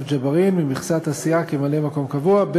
ג'בארין ממכסת הסיעה כממלא-מקום קבוע.